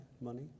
Money